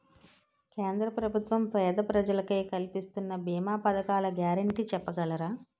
కేంద్ర ప్రభుత్వం పేద ప్రజలకై కలిపిస్తున్న భీమా పథకాల గ్యారంటీ చెప్పగలరా?